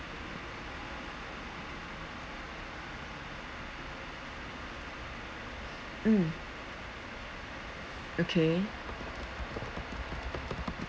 mm okay